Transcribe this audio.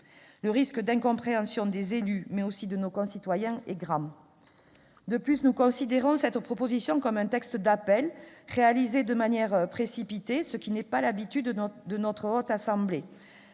Le risque d'incompréhension des élus, mais aussi de nos concitoyens, est grand. De plus, nous considérons cette proposition comme un texte d'appel, réalisé de manière précipitée, ce qui n'est pas l'habitude de la Haute Assemblée.